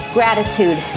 Gratitude